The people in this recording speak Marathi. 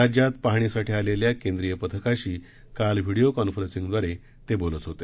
राज्यात पाहणीसाठी आलेल्या केंद्रीय पथकाशी काल व्हीडीओ कॉन्फरन्सिंगद्वारे ते बोलत होते